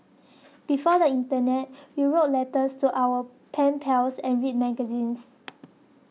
before the internet we wrote letters to our pen pals and read magazines